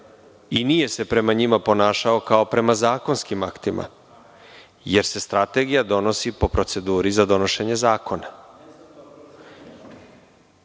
i nije se prema njima ponašao kao prema zakonskim aktima, jer se strategija donosi po proceduri za donošenje zakona. Možete